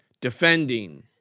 defending